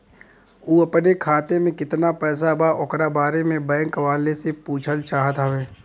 उ अपने खाते में कितना पैसा बा ओकरा बारे में बैंक वालें से पुछल चाहत हवे?